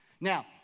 Now